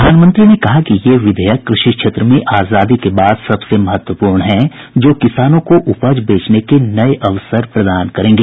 प्रधानमंत्री ने कहा कि ये विधेयक कृषि क्षेत्र में आजादी के बाद सबसे महत्वपूर्ण हैं जो किसानों को उपज बेचने के नए अवसर प्रदान करेंगे